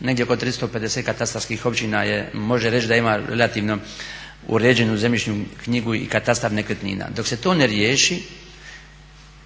negdje oko 350 katastarskih općina je, može reći da ima relativno uređenu zemljišnu knjigu i katastar nekretnina. Dok se to ne riješi,